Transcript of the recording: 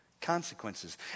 consequences